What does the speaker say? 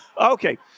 Okay